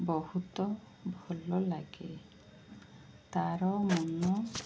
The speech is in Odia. ବହୁତ ଭଲଲାଗେ ତାର ମନ